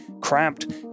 cramped